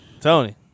Tony